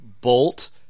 bolt